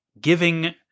giving